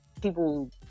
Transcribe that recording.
people